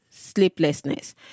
sleeplessness